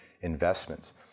investments